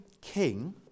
king